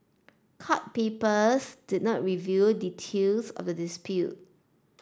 court papers did not reveal details of the dispute